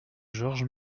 georges